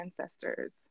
ancestors